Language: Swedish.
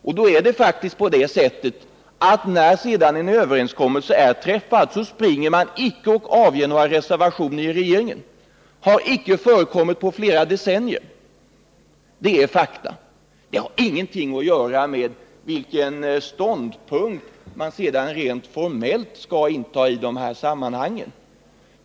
Och när en överenskommelse väl är träffad springer man inte och avger reservationer i regeringen. Det har inte förekommit på flera decennier. Det är fakta. Det har ingenting att göra med vilken ståndpunkt man sedan rent formellt skall inta i olika sammanhang.